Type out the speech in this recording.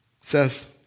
says